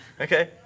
okay